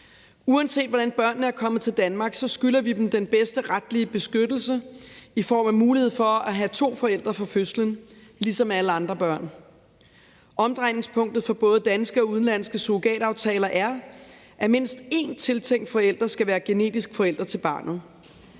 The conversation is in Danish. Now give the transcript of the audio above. Uanset hvordan børnene er kommet til Danmark, skylder vi dem den bedste retlige beskyttelse i form af muligheden for at have to forældre fra fødslen, ligesom alle andre børn. Omdrejningspunktet for både danske og udenlandske surrogataftaler er, at mindst én tiltænkt forældre skal være genetisk forælder til barnet.